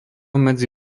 medzi